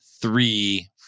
three